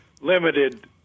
limited